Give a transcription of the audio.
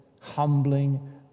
humbling